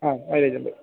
ആ മൈലേജ് ഉണ്ട്